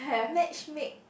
matchmake